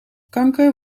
kanker